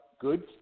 good